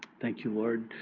thank you lord